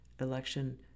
election